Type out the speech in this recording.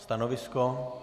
Stanovisko?